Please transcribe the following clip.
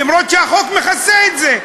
למרות שהחוק מכסה את זה.